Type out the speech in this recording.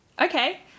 okay